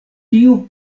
tiu